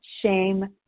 shame